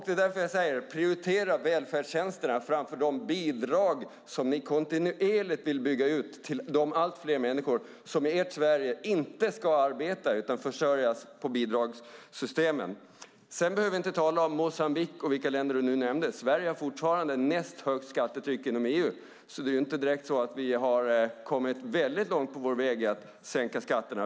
Det är därför jag säger: Prioritera välfärdstjänsterna framför de bidrag som ni kontinuerligt vill bygga ut till de allt fler människor som i ert Sverige inte ska arbeta utan försörjas med bidragssystemen. Du behöver inte tala om Moçambique och de andra länderna du nämnde. Sverige har fortfarande näst högst skattetryck inom EU, så vi har inte direkt kommit väldigt långt på vår väg att sänka skatterna.